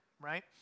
right